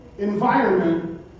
Environment